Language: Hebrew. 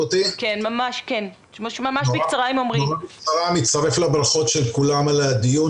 נורא בקצרה אני אצטרף לברכות של כולם על הדיון.